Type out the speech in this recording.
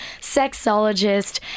sexologist